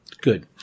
good